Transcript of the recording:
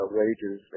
wages